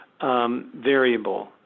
Variable